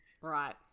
Right